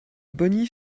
bogny